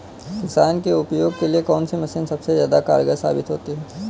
किसान के उपयोग के लिए कौन सी मशीन सबसे ज्यादा कारगर साबित होती है?